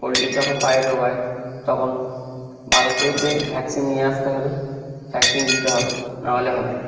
পোলট্রির যখন পায়েের রোগ হয় তখন বাজার থেকে ভ্যাকসিন নিয়ে আসতে হবে ভ্যাকসিন দিতে হবে না হলে হবে না